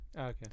Okay